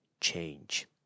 change